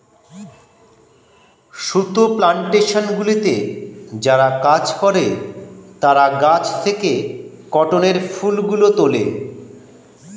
সুতো প্ল্যানটেশনগুলিতে যারা কাজ করে তারা গাছ থেকে কটনের ফুলগুলো তোলে